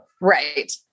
right